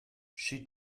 she